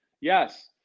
Yes